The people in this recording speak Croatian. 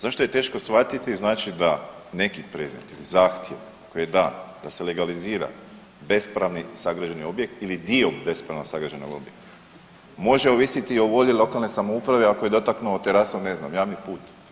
Zašto je teško shvatiti, znači da, neki predmeti, zahtjevi, ako je dan da se legalizira bespravni sagrađeni objekt, ili dio bespravno sagrađenog objekta, može ovisiti o volji lokalne samouprave, ako je dotaknuo terasom, ne znam, javni put?